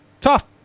Tough